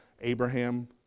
Abraham